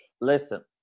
Listen